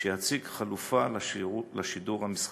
שיציג חלופה לשידור המסחרי.